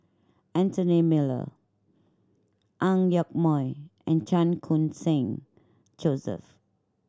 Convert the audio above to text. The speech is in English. Anthony Miller Ang Yoke Mooi and Chan Khun Sing Joseph